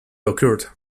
occurred